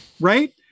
right